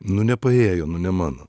nu nepaėjo nu ne mano